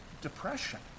depression